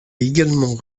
également